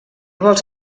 vols